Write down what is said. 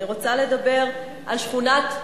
אני רוצה לדבר על שכונת,